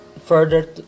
further